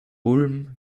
ulm